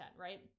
right